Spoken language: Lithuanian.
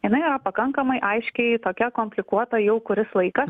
jinai pakankamai aiškiai tokia komplikuota jau kuris laikas